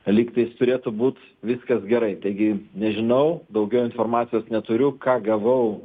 lygtais turėtų būt viskas gerai taigi nežinau daugiau informacijos neturiu ką gavau